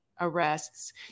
arrests